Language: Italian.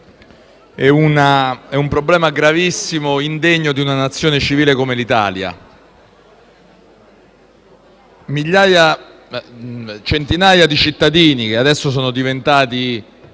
e un problema gravissimo, indegno di una Nazione civile come l'Italia. Centinaia di cittadini, che ora sono diventati